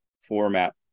format